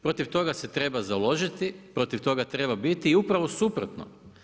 Protiv toga se treba založiti, protiv toga treba biti i upravo suprotno.